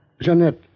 Jeanette